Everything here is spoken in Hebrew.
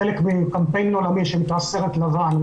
חלק מקמפיין עולמי שנקרא סרט לבן,